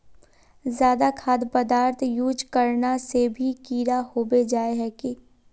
ज्यादा खाद पदार्थ यूज करना से भी कीड़ा होबे जाए है की?